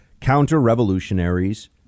counter-revolutionaries